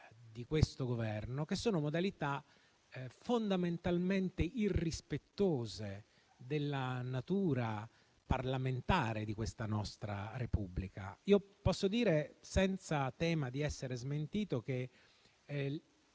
da questo Governo, che sono fondamentalmente irrispettose della natura parlamentare della nostra Repubblica. Posso dire, senza tema di essere smentito, che